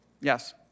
Yes